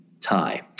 tie